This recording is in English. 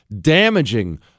damaging